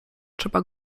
trzeba